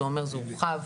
אתה אומר שזה הורחב.